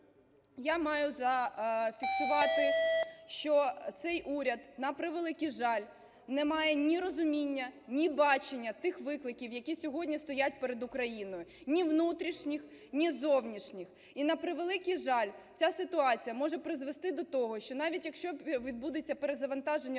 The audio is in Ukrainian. я маю зафіксувати, що цей уряд, на превеликий жаль, не має ні розуміння, ні бачення тих викликів, які сьогодні стоять перед Україною, ні внутрішніх, ні зовнішніх. І на превеликий жаль, ця ситуація може призвести до того, що навіть якщо відбудеться перезавантаження